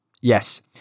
Yes